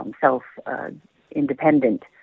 self-independent